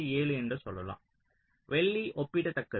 7 என்று சொல்லலாம் வெள்ளி ஒப்பிடத்தக்கது